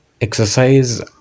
exercise